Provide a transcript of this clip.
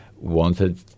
wanted